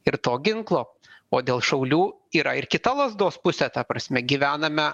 ir to ginklo o dėl šaulių yra ir kita lazdos pusė ta prasme gyvename